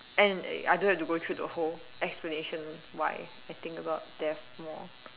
and I don't have to go through the whole explanation why I think about death more